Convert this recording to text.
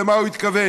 למה הוא התכוון.